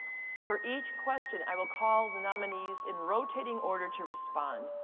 for each question, i will call the nominees in rotating order to respond.